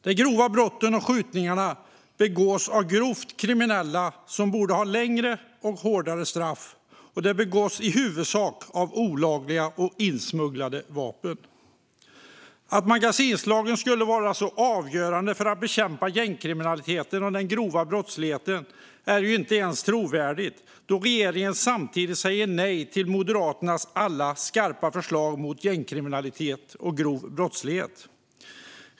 De grova brotten och skjutningarna begås av grovt kriminella som borde ha längre och hårdare straff, och de begås i huvudsak med olagliga och insmugglade vapen. Att magasinlagen skulle vara så avgörande för att bekämpa gängkriminaliteten och den grova brottsligheten är inte ens trovärdigt, då regeringen samtidigt säger nej till Moderaternas alla skarpa förslag mot gängkriminalitet och grov brottslighet.